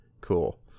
Cool